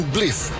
Bliss